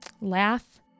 laugh